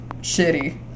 shitty